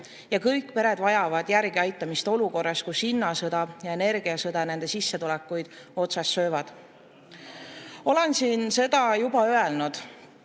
Kõik pered vajavad järeleaitamist olukorras, kus hinnasõda ja energiasõda nende sissetulekuid otsast söövad. Olen siin seda juba öelnud,